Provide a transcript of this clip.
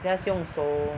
just 用手